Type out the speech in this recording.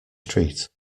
street